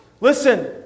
listen